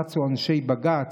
רצו אנשי בג"ץ,